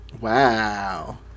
Wow